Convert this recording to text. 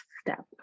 step